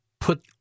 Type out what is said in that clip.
put